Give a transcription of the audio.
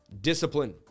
discipline